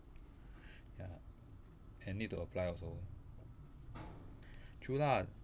ya and need to apply also true lah